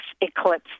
eclipse